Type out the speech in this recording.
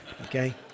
okay